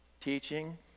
Teaching